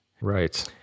Right